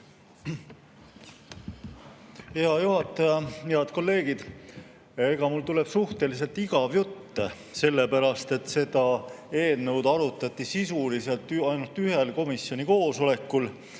Hea juhataja! Head kolleegid! Mul tuleb suhteliselt igav jutt, sellepärast et seda eelnõu arutati sisuliselt ju ainult ühel komisjoni koosolekul